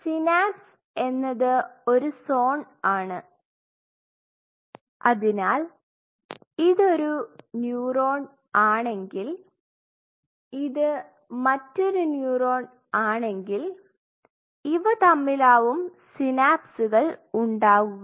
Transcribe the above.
synapse എന്നത് ഒരു zone ആണ് അതിനാൽ ഇതൊരു ഒരു ന്യൂറോൺ ആണെങ്കിൽ ഇത് മറ്റൊരു ന്യൂറോൺ ആണെങ്കിൽ ഇവ തമ്മിലാവും സിനാപ്സുകൾ ഉണ്ടാക്കുക